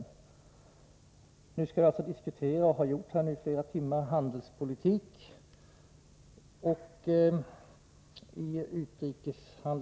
I dag skall vi alltså diskutera handelspolitik, och det har vi redan hållit på med i flera timmar.